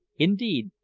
indeed,